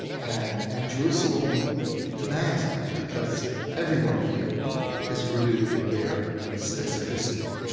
and and jerusalem demands that because everyone here is rooted in their specificity.